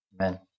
Amen